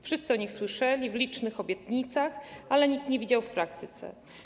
Wszyscy o nich słyszeli w licznych obietnicach, ale nikt ich nie widział w praktyce.